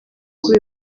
kuri